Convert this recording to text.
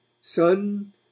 son